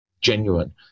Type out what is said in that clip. genuine